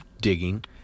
digging